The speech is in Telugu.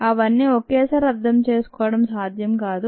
అవన్నీ ఒకేసారి అర్థం చేసుకోవడం సాధ్యం కాదు